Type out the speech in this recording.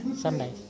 Sunday